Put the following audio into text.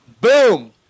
Boom